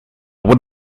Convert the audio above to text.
would